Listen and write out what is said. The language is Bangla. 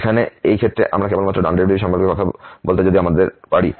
যেখানে এই ক্ষেত্রে আমরা কেবল ডান ডেরিভেটিভ সম্পর্কে কথা বলতে যদি আমাদের পারি